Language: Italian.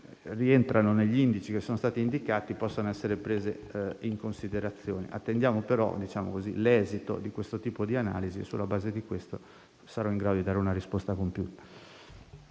che rientrano negli indici indicati possano essere prese in considerazione. Attendiamo, però, l'esito di questo tipo di analisi, sulla base del quale sarò in grado di dare una risposta compiuta.